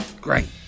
Great